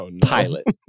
pilot